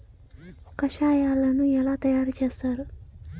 కషాయాలను ఎలా తయారు చేస్తారు?